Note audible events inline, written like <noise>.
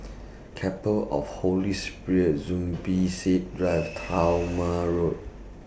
Chapel of Holy Spirit Zubir Said Drive <noise> Talma Road